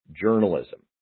journalism